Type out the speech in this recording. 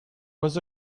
was